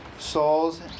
souls